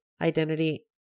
identity